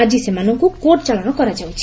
ଆଜି ସେମାନଙ୍କୁ କୋର୍ଟ ଚାଲାଣ କରାଯାଉଛି